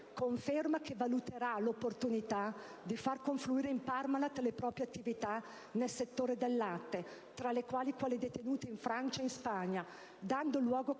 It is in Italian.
conferma che valuterà l'opportunità di far confluire in Parmalat le proprie attività nel settore del latte, tra le quali quelle detenute in Francia e in Spagna, dando luogo